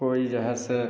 कोई जे है से